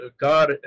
God